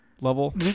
level